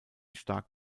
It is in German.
stark